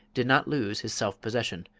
did not lose his self-possession.